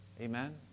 Amen